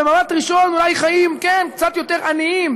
במבט ראשון אולי חיים קצת יותר עניים,